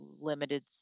limited